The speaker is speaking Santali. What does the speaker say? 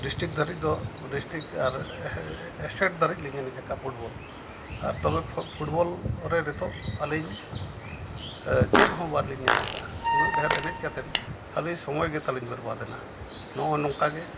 ᱰᱤᱥᱴᱤᱠ ᱫᱷᱟᱹᱨᱤᱡ ᱫᱚ ᱰᱤᱥᱴᱤᱠ ᱟᱨ ᱮᱥᱮᱨ ᱫᱷᱟᱹᱨᱤᱡ ᱞᱤᱧ ᱮᱱᱮᱡ ᱠᱟᱜᱼᱟ ᱯᱷᱩᱴᱵᱚᱞ ᱟᱨ ᱛᱚᱵᱮ ᱯᱷᱩ ᱯᱷᱩᱴᱵᱚᱞ ᱨᱮ ᱱᱤᱛᱚᱜ ᱟᱹᱞᱤᱧ ᱪᱮᱫ ᱦᱚᱸ ᱵᱟᱹᱞᱤᱧ ᱧᱟᱢ ᱠᱟᱜᱼᱟ ᱩᱱᱟᱹᱜ ᱰᱷᱮᱨ ᱮᱱᱮᱡ ᱠᱟᱛᱮᱫ ᱠᱷᱟᱹᱞᱤ ᱥᱚᱢᱚᱭ ᱜᱮ ᱛᱟᱹᱞᱤᱧ ᱵᱮᱨᱵᱟᱫᱮᱱᱟ ᱱᱚᱜᱼᱚᱭ ᱱᱚᱝᱠᱟᱜᱮ